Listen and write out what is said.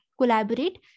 collaborate